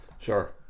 Sure